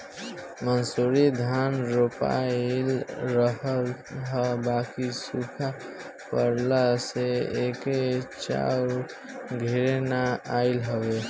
मंसूरी धान रोपाइल रहल ह बाकि सुखा पड़ला से एको चाउर घरे ना आइल हवे